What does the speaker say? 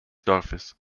dorfes